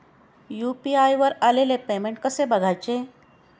UPI वर आलेले payment कसे बघायचे?